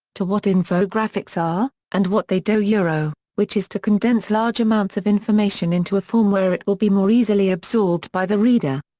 to what infographics are, and what they do which is to condense large amounts of information into a form where it will be more easily absorbed by the reader.